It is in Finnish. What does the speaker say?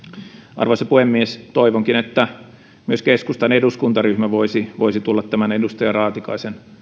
arvoisa puhemies toivonkin että myös keskustan eduskuntaryhmä voisi voisi tulla tämän edustaja raatikaisen